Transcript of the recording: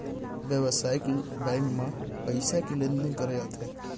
बेवसायिक बेंक म पइसा के लेन देन करे जाथे